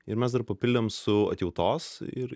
ir mes dar papildėm su atjautos ir